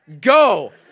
go